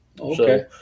Okay